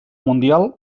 mundial